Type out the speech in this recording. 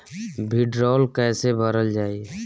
भीडरौल कैसे भरल जाइ?